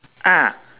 ah